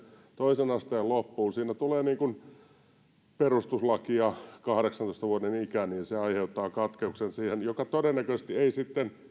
toisen asteen loppuun siinä tulee perustuslaki ja kahdeksantoista vuoden ikä niin se aiheuttaa katkoksen siihen ja todennäköisesti ei sitten